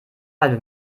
halbe